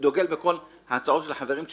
דוגל בכל ההצעות של החברים שלי,